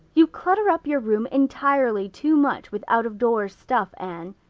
you clutter up your room entirely too much with out-of-doors stuff, anne.